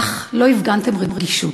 אך לא הפגנתם רגישות,